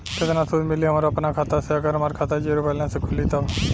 केतना सूद मिली हमरा अपना खाता से अगर हमार खाता ज़ीरो बैलेंस से खुली तब?